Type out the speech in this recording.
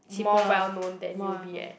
more well known than u_b eh